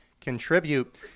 contribute